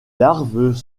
larves